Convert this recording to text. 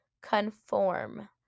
conform